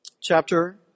chapter